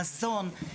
מזון.